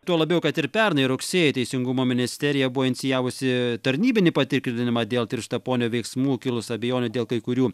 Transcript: tuo labiau kad ir pernai rugsėjį teisingumo ministerija buvo inicijavusi tarnybinį patikrinimą dėl krištaponio veiksmų kilus abejonių dėl kai kurių